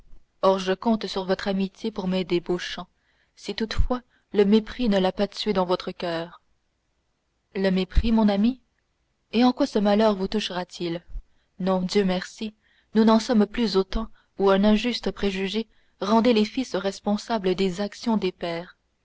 or je compte sur votre amitié pour m'aider beauchamp si toutefois le mépris ne l'a pas tuée dans votre coeur le mépris mon ami et en quoi ce malheur vous touchera t il non dieu merci nous n'en sommes plus au temps où un injuste préjugé rendait les fils responsables des actions des pères